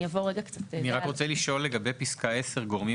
אני רוצה לשאול לגבי פסקה (10) גורמים